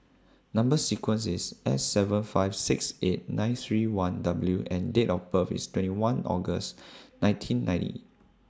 Number sequence IS S seven five six eight nine three one W and Date of birth IS twenty one August nineteen ninety